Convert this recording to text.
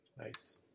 Nice